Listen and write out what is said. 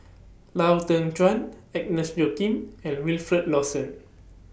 Lau Teng Chuan Agnes Joaquim and Wilfed Lawson